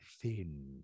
thin